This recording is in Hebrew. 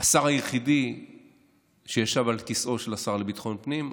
השר היחיד שישב על כיסאו של השר לביטחון פנים,